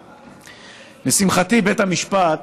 לשמחתי, בית המשפט